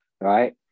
right